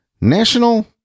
National